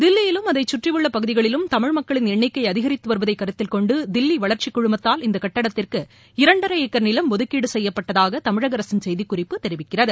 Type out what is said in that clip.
தில்லியிலும் அதைச்சுற்றியுள்ள பகுதிகளிலும் தமிழ்மக்களின் எண்ணிக்கை அதிகரித்து வருவதை கருத்தில் கொண்டு தில்லி வளர்ச்சிக் குழுமத்தால் இந்த கட்டிடத்திற்கு இரண்டரை ஏக்கர் நிலம் ஒதுக்கீடு செய்யப்பட்டதாக தமிழக அரசின் செய்திக்குறிப்பு தெரிவிக்கிறது